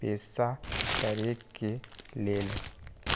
पेशा करेके लेल?